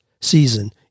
season